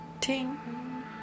Ting